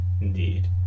Indeed